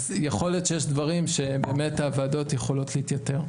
יכול להיות שיש דברים שהוועדות יכולות להתייתר.